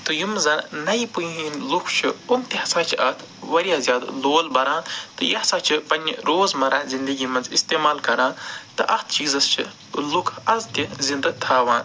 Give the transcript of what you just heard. تہٕ یِم زَن نیہِ پُیہِ ہِنٛدۍ لُکھ چھِ یِم تہِ ہسا چھِ اتھ وارِیاہ زیادٕ لول بَران تہٕ یہِ ہسا چھِ پنٛنہِ روزمرَہ زندگی منٛز استعمال کَران تہٕ اَتھ چیٖزس چھِ لُکھ آز تہِ زِنٛدٕ تھاوان